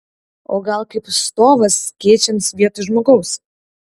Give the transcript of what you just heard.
o gal kaip stovas skėčiams vietoj žmogaus